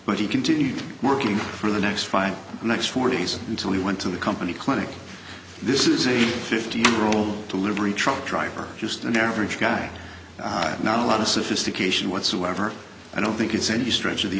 but he continued working for the next five the next four days until he went to the company clinic this is a fifteen year old to liberate truck driver just an air bridge guy not a lot of sophistication whatsoever i don't think it's any stretch of the